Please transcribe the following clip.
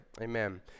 Amen